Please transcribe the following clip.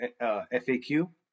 FAQ